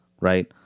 right